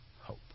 hope